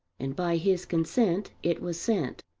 and by his consent it was sent.